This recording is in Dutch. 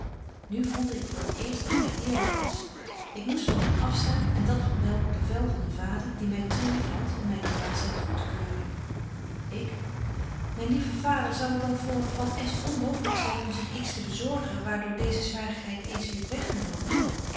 nu voelde ik voor t eerst dat hy my dierbaar was ik moest van hem afstaan en dat wel op bevel van een vader die my te lief hadt om myne dwaasheid goed te keuren ik myn lieve vader zou het dan voor van s onmooglyk zyn om zich iets te bezorgen waar door deeze zwarigheid eens wierdt weggenomen